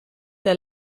der